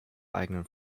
eigenen